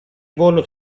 volo